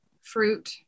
fruit